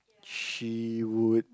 she would